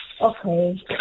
Okay